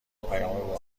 پیام